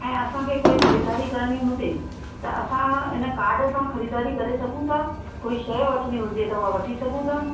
ऐं असांखे कोई ख़रीदारी करिणी हुजे त असां इन काड सां ख़रीदारी करे सघू था कोई शइ वठिणी हुजे ते हूअ वठी सघूं था